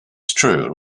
true